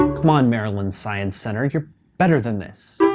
um come on maryland science center, you're better than this.